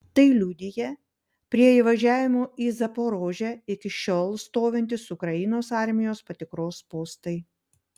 tai liudija prie įvažiavimų į zaporožę iki šiol stovintys ukrainos armijos patikros postai